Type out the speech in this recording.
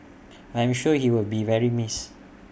I'm sure he will be very missed